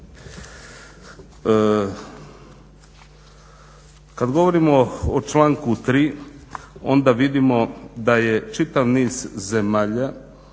Kada govorimo o članku 3.onda vidimo da je čitav niz zemalja